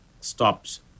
stops